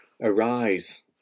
arise